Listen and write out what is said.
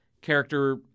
character